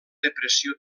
depressió